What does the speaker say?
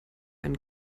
einen